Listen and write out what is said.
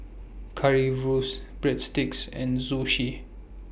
Currywurst Breadsticks and Zosui